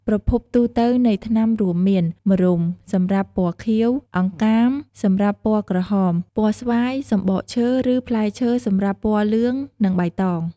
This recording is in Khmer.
ប្រភពទូទៅនៃថ្នាំរួមមាន ម្រុំសម្រាប់ពណ៌ខៀវ អង្កាមសម្រាប់ពណ៌ក្រហម ពណ៌ស្វាយ សំបកឈើឬផ្លែឈើសម្រាប់ពណ៌លឿងនិងបៃតង។